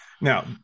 Now